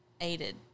aided